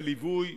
גם בליווי,